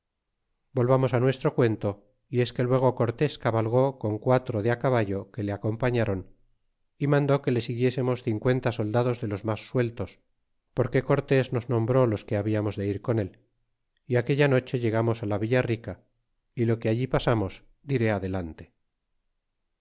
volvamos ti nuestro cuento y es que luego cortés cabalgó con quatro de caballo que le acompañaron y mandó que le siguiésemos cincuenta soldados de los mas sueltos porque cortés nos nombró los que habíamos de ir con él y aquella noche llegamos a la villa rica y lo que allí pasamos diré adelante